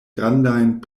grandajn